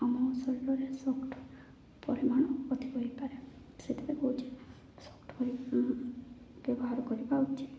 ଆମ ଶରୀରରେ ସଫ୍ଟ ପରିମାଣ ଅଧିକ ହୋଇପାରେ ସେଥିପାଇଁ କହୁଛି ସଫ୍ଟ ପରି ବ୍ୟବହାର କରିବା ଉଚିତ